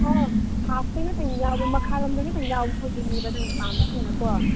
ꯑꯣ ꯍꯥꯞꯇꯤ ꯑꯃꯇꯪ ꯌꯥꯎꯋꯦ ꯃꯈꯥꯔꯣꯝꯗ ꯈꯛꯇꯪ ꯌꯥꯎꯕ ꯈꯣꯏꯗꯨꯅꯦꯕ ꯅꯪꯅ ꯄꯥꯝꯕꯁꯤꯅꯀꯣ